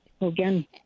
Again